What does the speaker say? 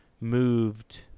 moved